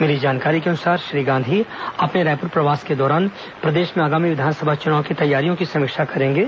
मिली जानकारी के अनुसार श्री गांधी अपने रायपुर प्रवास के दौरान प्रदेश में आगामी विधानसभा चुनाव की तैयारियों की समीक्षा करेंगे